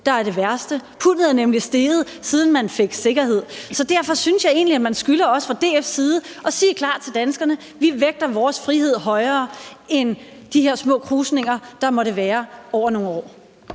der er det værste. Pundet er nemlig steget, siden man fik sikkerhed. Derfor synes jeg egentlig, at DF skylder danskerne at sige klart: Vi vægter vores frihed højere end de her små krusninger, der måtte være over nogle år.